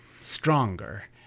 stronger